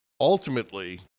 ultimately